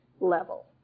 level